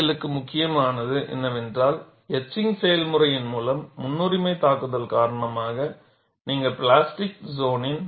எங்களுக்கு முக்கியமானது என்னவென்றால் எட்சிங்க் செயல்முறையின் மூலம் முன்னுரிமை தாக்குதல் காரணமாக நீங்கள் பிளாஸ்டிக் சோனின் plastic zone